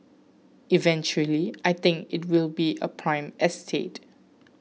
eventually I think it will be a prime estate